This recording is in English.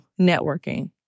networking